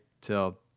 till